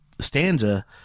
stanza